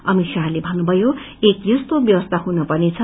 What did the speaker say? अमित शाहले भन्नुभयो एक यस्तो व्यवसीी हुनपन्नेछ